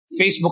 Facebook